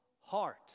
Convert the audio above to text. heart